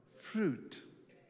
Fruit